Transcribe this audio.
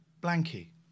Blanky